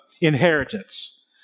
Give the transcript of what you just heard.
inheritance